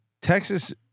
Texas